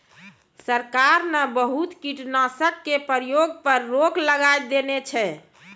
सरकार न बहुत कीटनाशक के प्रयोग पर रोक लगाय देने छै